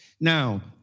Now